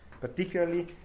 particularly